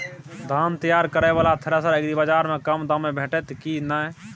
धान तैयार करय वाला थ्रेसर एग्रीबाजार में कम दाम में भेटत की नय?